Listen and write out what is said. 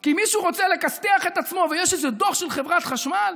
כי מישהו רוצה לכסת"ח את עצמו ויש איזה דוח של חברת החשמל?